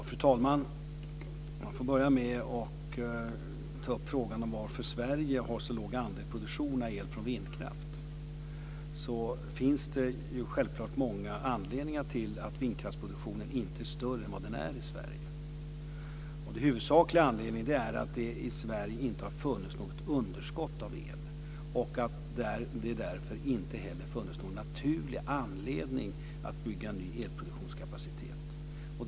Fru talman! Jag får börja med att ta upp frågan om varför Sverige har så låg andel produktion av el från vindkraft. Det finns självklart många anledningar till att vindkraftsproduktionen inte är större än vad den är i Sverige. Den huvudsakliga anledningen är att det i Sverige inte har funnits något underskott av el och att det därför inte heller funnits någon naturlig anledning att bygga ny elproduktionskapacitet.